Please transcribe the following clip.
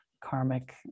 karmic